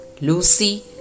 Lucy